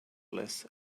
less